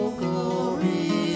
glory